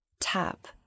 Tap